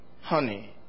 honey